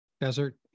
desert